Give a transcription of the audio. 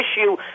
issue –